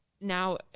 now